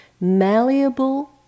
malleable